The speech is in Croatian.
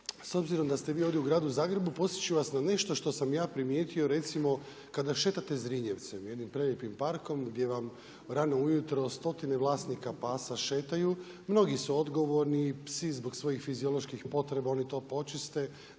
s obzirom da se vi ovdje u gradu Zagrebu podsjetit ću vas na nešto što sam ja primijetio recimo kada šetate Zrinjevcem jednim prelijepim parkom gdje vam rano ujutro stotine vlasnika pasa šetaju, mnogi su odgovorni psi zbog svojih fizioloških potreba oni to počiste,